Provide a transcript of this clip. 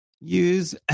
use